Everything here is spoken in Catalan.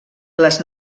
les